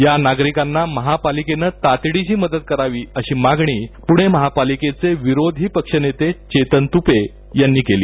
या नागरीकांना महापालिकेन तातडीची मदत करावी अशी मागणी पुणे महापलिकेचे विरोधी पक्षनेते चेतन तूपे यांनी केली